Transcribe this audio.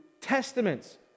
testaments